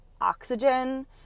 oxygen